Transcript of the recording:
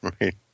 Right